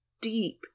deep